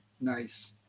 Nice